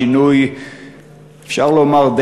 אפשר לומר,